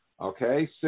Okay